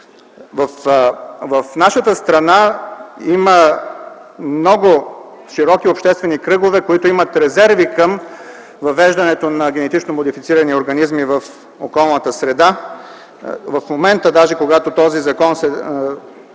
В нашата страна има много широки обществени кръгове, които имат резерви към въвеждането на генетично модифицираните организми в околната среда. В момента, даже когато този закон се